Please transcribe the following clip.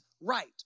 right